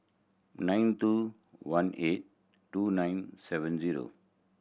nine two one eight two nine seven zero